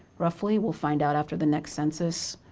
roughly, we'll find out after the next census